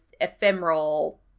ephemeral